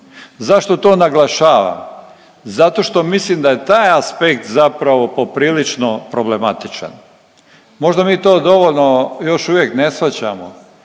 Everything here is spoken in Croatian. Zašto to naglašavam? Zato što mislim da je taj aspekt zapravo poprilično problematičan. Možda mi to dovoljno još uvijek ne shvaćamo,